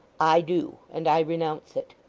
i do, and i renounce it